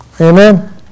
Amen